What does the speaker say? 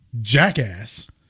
jackass